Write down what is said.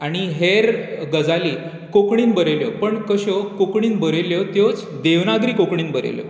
आनी हेर गजाली कोंकणींत बरयल्यो पण कश्यो कोंकणींत बरयल्यो त्योच देवनागरी कोंकणींत बरयल्यो